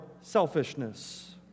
selfishness